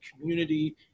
community